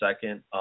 second